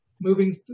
moving